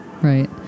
Right